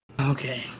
Okay